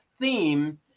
theme